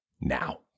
now